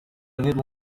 needle